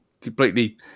completely